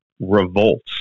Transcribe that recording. revolts